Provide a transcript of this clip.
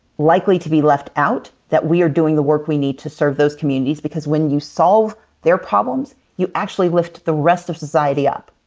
likely to be left out, that we are doing the work we need to serve those communities because when you solve their problems, you actually lift the rest of society up.